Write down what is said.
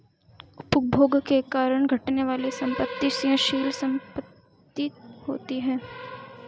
उपभोग के कारण घटने वाली संपत्ति क्षयशील परिसंपत्ति होती हैं